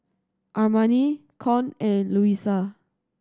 Armani Con and Luisa